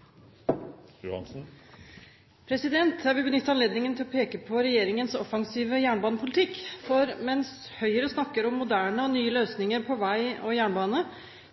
tvil: Eg er òg utolmodig. Regjeringa sin strategi er årleg framover å trappa opp innsatsen i ein sektor som har vore forsømt i fleire tiår. Jeg vil benytte anledningen til å peke på regjeringens offensive jernbanepolitikk. For mens Høyre snakker om moderne og nye løsninger på vei og jernbane,